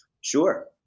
Sure